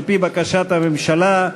על-פי בקשת הממשלה,